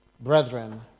brethren